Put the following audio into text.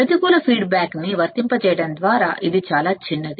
ప్రతికూల feedback వర్తింపజేయడం ద్వారా బ్యాండ్ విడ్త్ ని కావలిసిన విలువకి పెంచవచ్చు